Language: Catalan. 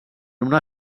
una